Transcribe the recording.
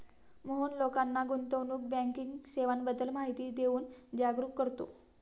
मोहन लोकांना गुंतवणूक बँकिंग सेवांबद्दल माहिती देऊन जागरुक करतो